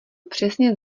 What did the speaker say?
přesně